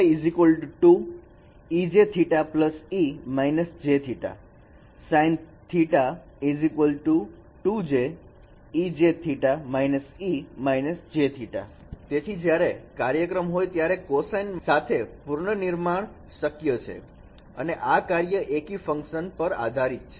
cosθ 2 ejθe−jθ sinθ 2j ejθ−e−jθ તેથી જ્યારે કાર્યક્રમ હોય ત્યારે cosine સાથે પૂર્ણ નિર્માણ શક્ય છે અને આ કાર્ય એકી ફંકશન પર આધારિત છે